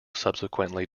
subsequently